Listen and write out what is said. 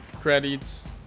credits